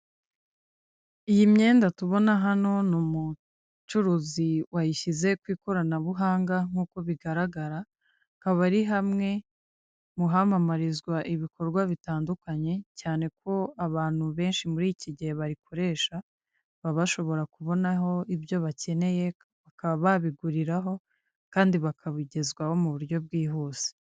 Iyi myenda tubona hano ni umucuruzi wayishyize ku ikoranabuhanga nk'uko bigaragara; akaba ari hamwe mu hamamarizwa ibikorwa bitandukanye cyane ko abantu benshi muri iki gihe barikoresha baba bashobora kubonaho ibyo bakeneye, bakaba babiguriraho kandi bakabigezwaho mu buryo bwihuse.